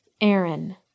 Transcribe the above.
Aaron